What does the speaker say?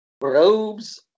Robes